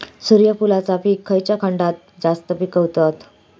सूर्यफूलाचा पीक खयच्या खंडात जास्त पिकवतत?